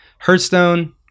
Hearthstone